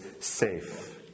safe